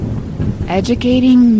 Educating